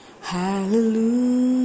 Hallelujah